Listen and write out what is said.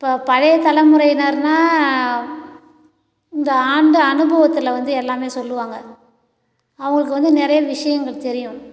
இப்போது பழைய தலைமுறையினர்னால் இந்த ஆண்ட அனுபவத்தில் வந்து எல்லாமே சொல்லுவாங்க அவர்களுக்கு வந்து நிறைய விஷயங்கள் தெரியும்